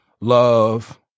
love